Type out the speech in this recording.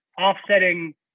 offsetting